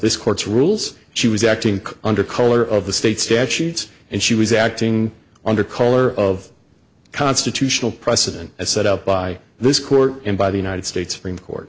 this court's rules she was acting under color of the state statutes and she was acting under color of constitutional precedent as set up by this court and by the united states